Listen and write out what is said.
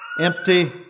Empty